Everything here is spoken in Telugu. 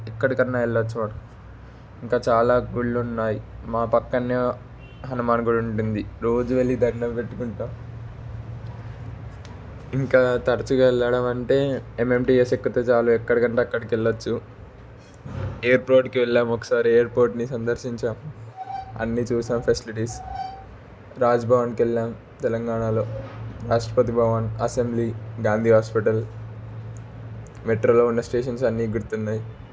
ఎక్కడికైనా వెళ్ళొచ్చు ఇంకా చాలా గుళ్ళు ఉన్నాయి మా పక్కనే హనుమాన్ గుడి ఉంటుంది రోజు వెళ్ళి దండం పెట్టుకుంటానూ ఇంకా తరచుగా వెళ్ళడం అంటే ఎంఎంటీఎస్ ఎక్కితే చాలు ఎక్కడికంటే అక్కడికి వెళ్ళొచ్చు ఎయిర్పోర్ట్కి వెళ్ళాము ఒకసారి ఎయిర్పోర్ట్ని సందర్శించాము అన్ని చూసాం ఫెసిలిటీస్ రాజ్భవన్కి వెళ్ళాం తెలంగాణలో రాష్ట్రపతి భవన్ అసెంబ్లీ గాంధీ హాస్పిటల్ మెట్రోలో ఉన్న స్టేషన్స్ అన్ని గుర్తున్నాయి